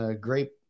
great